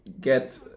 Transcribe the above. get